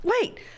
wait